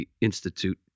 Institute